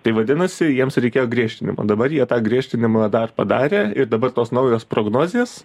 tai vadinasi jiems reikėjo griežtinimo dabar jie tą griežtinimą dar padarė ir dabar tos naujos prognozės